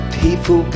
people